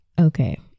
okay